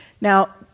Now